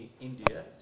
India